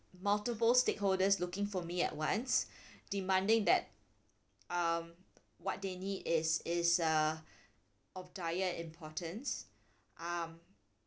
multiple stakeholders looking for me at once demanding that um what they need is is uh of dire importance um